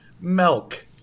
Milk